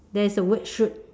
there's a word shoot